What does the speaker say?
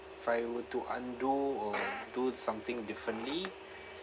if I were to undo or do something differently